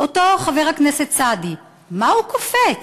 אותו חבר הכנסת סעדי, מה הוא קופץ?